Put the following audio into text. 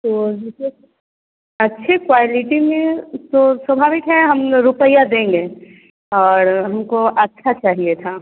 तो जैसे अच्छे क्वालिटी में तो स्वाभाविक है हम रुपइया देंगे और हमको अच्छा चाहिए था